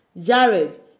jared